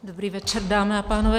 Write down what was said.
Dobrý večer, dámy a pánové.